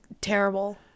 terrible